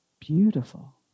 beautiful